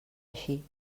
així